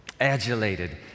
Adulated